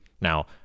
Now